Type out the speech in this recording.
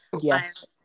Yes